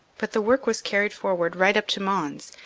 but the work was carried forward right up to mons,